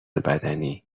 بدنی